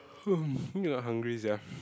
hungry sia